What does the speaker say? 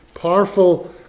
powerful